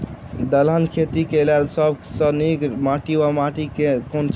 दलहन खेती केँ लेल सब सऽ नीक माटि वा माटि केँ?